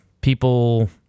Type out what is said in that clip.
people